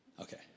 Okay